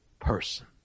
person